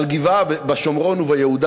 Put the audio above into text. על גבעה בשומרון וביהודה,